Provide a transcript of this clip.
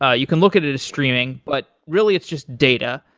ah you can look at it as streaming, but really it's just data.